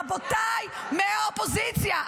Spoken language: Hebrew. רבותיי מהאופוזיציה,